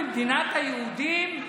במדינת היהודים,